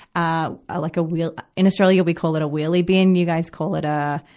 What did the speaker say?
ah, a like a wheel in australia, we call it a wheelie bin you guys call it, ah,